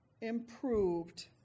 improved